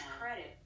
credit